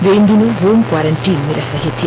वे इन दिनों home quarantine में रह रहे थे